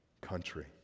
country